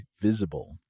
Visible